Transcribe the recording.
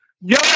Yo